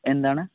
എന്താണ്